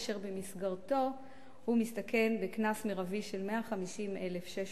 אשר במסגרתו הוא מסתכן בקנס מרבי של 150,600